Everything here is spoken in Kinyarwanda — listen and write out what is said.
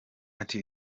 ati